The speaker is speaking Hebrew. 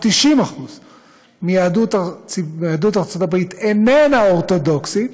90% מיהדות ארצות הברית אינה אורתודוקסית,